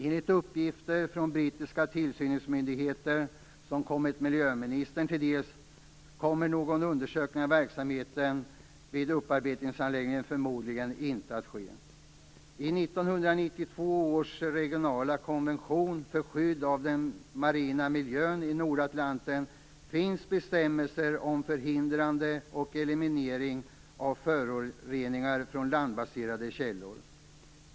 Enligt uppgifter från brittiska tillsynsmyndigheter som kommit miljöministern till del kommer någon utökning av verksamheten vid upparbetningsanläggningen förmodligen inte att ske. I 1992 års regionala konvention för skydd av den marina miljön i Nordatlanten finns bestämmelser om förhindrande och eliminering av förorening från landbaserade källor.